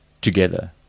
together